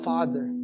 Father